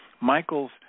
Michael's